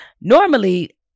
Normally